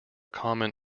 common